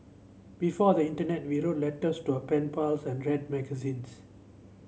before the internet we wrote letters to our pen pals and read magazines